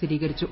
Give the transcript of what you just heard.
സ്ഥിരീകരിച്ചു